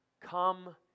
come